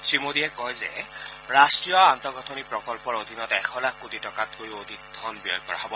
শ্ৰী মোদীয়ে কয় যে ৰাষ্ট্ৰীয় আন্তঃগাঠনি প্ৰকল্পৰ অধীনত এশ লাখ কোটি টকাতকৈও অধিক ধন ব্যয় কৰা হ'ব